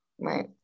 right